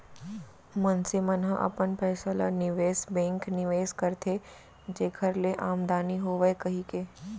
मनसे मन ह अपन पइसा ल निवेस बेंक निवेस करथे जेखर ले आमदानी होवय कहिके